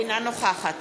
אינה נוכחת